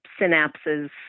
synapses